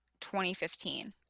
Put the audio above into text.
2015